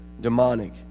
demonic